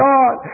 God